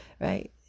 right